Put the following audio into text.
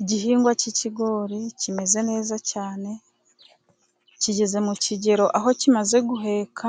Igihingwa cy'ikigori kimeze neza cyane. Kigeze mu kigero aho kimaze guheka,